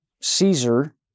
Caesar